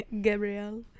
Gabriel